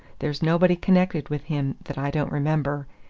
there's nobody connected with him that i don't remember.